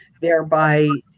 thereby